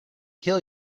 kill